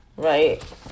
Right